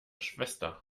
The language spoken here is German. schwester